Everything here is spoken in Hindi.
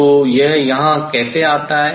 तो यह यहाँ कैसे आता है